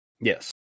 Yes